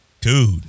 dude